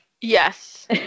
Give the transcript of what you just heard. Yes